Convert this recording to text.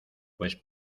pues